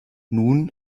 nun